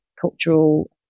cultural